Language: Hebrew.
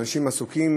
אנשים עסוקים,